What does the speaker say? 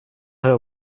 her